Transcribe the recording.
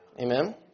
Amen